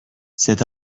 cet